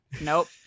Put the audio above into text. Nope